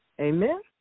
Amen